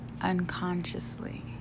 unconsciously